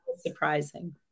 surprising